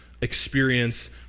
experience